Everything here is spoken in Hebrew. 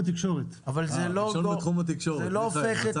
התקשורת ובתחום הסיבים האופטיים שהתחילה פה,